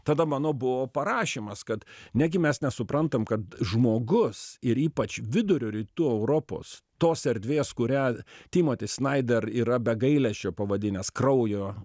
tada mano buvo parašymas kad negi mes nesuprantam kad žmogus ir ypač vidurio rytų europos tos erdvės kurią timotis snaider yra be gailesčio pavadinęs kraujo